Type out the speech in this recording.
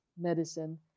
medicine